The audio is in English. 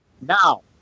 Now